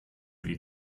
wie